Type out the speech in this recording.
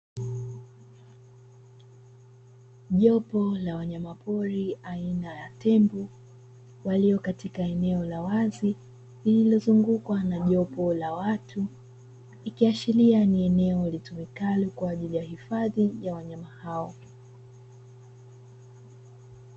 Jopo la wanyama pori aina ya tembo walio katika eneo la wazi lililo zungukwa na jopo la watu ikiashiria ni eneo litumikalo kwaajili ya uhifadhi ya wanyama hao